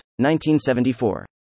1974